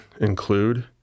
include